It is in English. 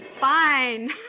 fine